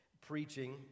preaching